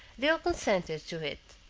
they all consented to it.